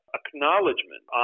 acknowledgement